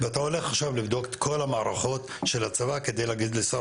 ואתה הולך עכשיו לבדוק את כל המערכות של הצבא כדי להגיד לשר